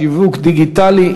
שיווק דיגיטלי,